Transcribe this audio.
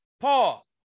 Paul